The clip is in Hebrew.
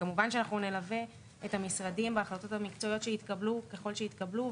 וכמובן שאנחנו נלווה את המשרדים בהחלטות המקצועיות שיתקבלו ככל שיתקבלו.